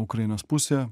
ukrainos pusėje